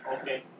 Okay